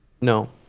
No